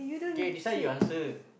kay this one you answer